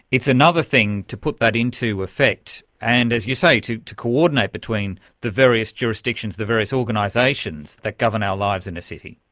it's another thing to put that into effect and, as you say, to to coordinate between the various jurisdictions, the various organisations that govern our lives in a city.